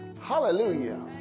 Hallelujah